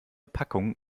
packung